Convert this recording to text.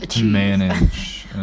manage